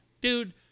Dude